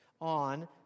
on